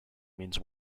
means